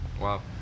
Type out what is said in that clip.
wow